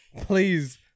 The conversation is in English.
Please